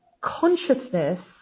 consciousness